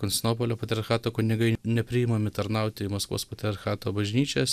konstinopolio patriarchato kunigai nepriimami tarnauti į maskvos patriarchato bažnyčias